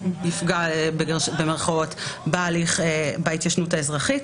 "יפגע" בהתיישנות האזרחית.